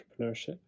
entrepreneurship